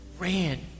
ran